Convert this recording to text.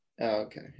okay